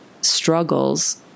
struggles